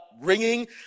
ringing